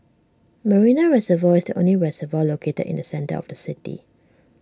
Marina Reservoir is the only reservoir located in the centre of the city